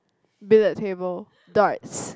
billiard table darts